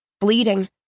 bleeding